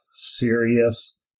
serious